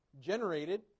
generated